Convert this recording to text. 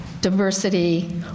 diversity